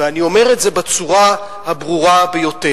ואני אומר את זה בצורה הברורה ביותר.